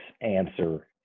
answer